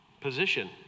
position